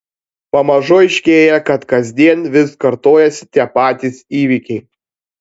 pamažu aiškėja kad kasdien vis kartojasi tie patys įvykiai